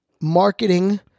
marketing